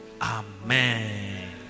Amen